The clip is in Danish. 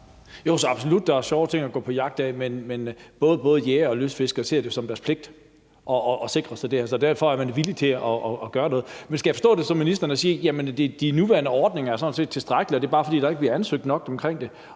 absolut sjovere ting at gå på jagt efter, men både jægere og lystfiskere ser det som deres pligt at sikre det. Så derfor er man villig til at gøre noget. Men skal jeg forstå det, ministeren siger, sådan, at de nuværende ordninger sådan set er tilstrækkelige, og at det bare er, fordi der ikke bliver ansøgt nok om det,